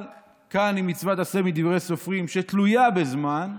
אבל כאן היא מצוות עשה מדברי סופרים שתלויה בזמן,